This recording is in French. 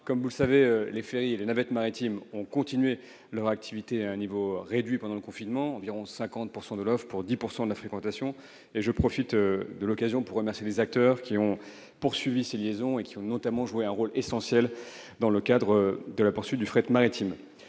Comme vous le savez, les ferries et les navettes maritimes ont continué leur activité à un niveau réduit pendant le confinement, avec environ 50 % de l'offre et 10 % de la fréquentation. Je profite de l'occasion qui m'est donnée pour remercier les acteurs qui ont poursuivi ces liaisons et ont joué un rôle essentiel dans la poursuite de l'activité de fret maritime.